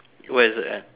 where is it at